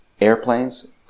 airplanes